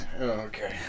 Okay